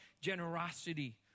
generosity